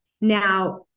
Now